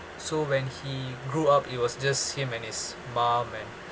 so when he grew up it was just him and his mum and